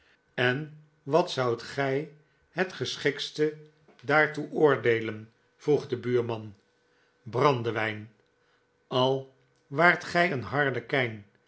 en wat zoudt gij het geschifctst daartoe oordeelen vroeg de buurman brandewijn al waart gij een harlekijn